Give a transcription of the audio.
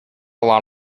lot